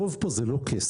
הרוב פה זה לא כסף,